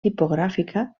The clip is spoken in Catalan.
tipogràfica